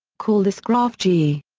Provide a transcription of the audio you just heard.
call this graph g.